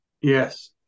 Yes